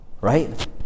right